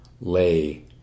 lay